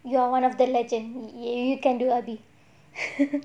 you are one of the legend you can do [one]